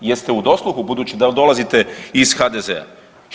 Jeste u dosluhu budući da dolazite iz HDZ-a?